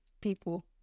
people